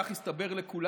כך הסתבר לכולנו,